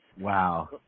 Wow